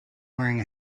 wearing